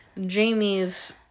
jamie's